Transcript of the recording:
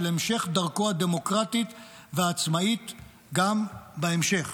המשך דרכו הדמוקרטית והעצמאית גם בהמשך.